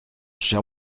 cher